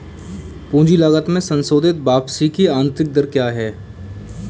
पूंजी लागत में संशोधित वापसी की आंतरिक दर क्या है?